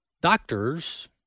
doctors